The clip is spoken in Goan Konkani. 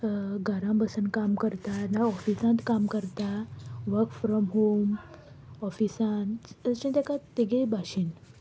घरां बसून काम करता नाल्या ऑफिसांत काम करता वर्क फ्रोम होम ऑफिसान अशें तेका तेगे भाशेन